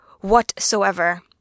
whatsoever